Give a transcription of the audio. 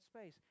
space